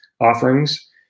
offerings